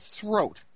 throat